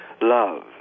love